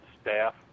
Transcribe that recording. staff